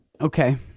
Okay